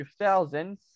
2000